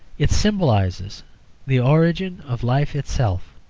it symbolises the origin of life itself.